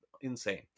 insane